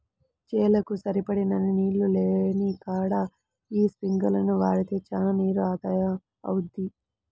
చేలకు సరిపడినన్ని నీళ్ళు లేనికాడ యీ స్పింకర్లను వాడితే చానా నీరు ఆదా అవుద్ది